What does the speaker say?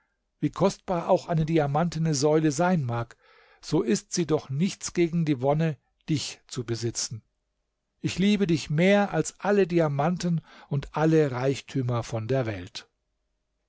wie kostbar auch eine diamantene säule sein mag so ist sie doch nichts gegen die wonne dich zu besitzen ich liebe dich mehr als alle diamanten und alle reichtümer von der welt